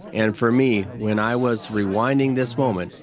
and for me, when i was rewinding this moment,